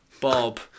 Bob